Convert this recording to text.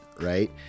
right